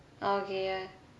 okay ya